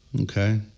Okay